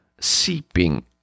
seeping